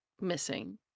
missing